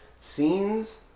Scenes